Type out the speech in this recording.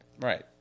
Right